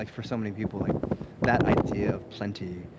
like for so many people like that idea of plenty,